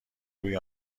روی